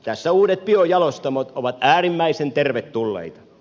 tässä uudet biojalostamot ovat äärimmäisen tervetulleita